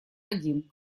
один